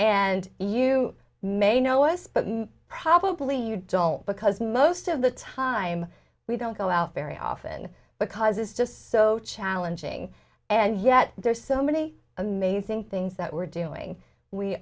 and you may know us but probably you don't because most of the time we don't go out very often because it's just so challenging and yet there are so many amazing things that we're doing we